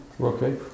Okay